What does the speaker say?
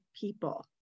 people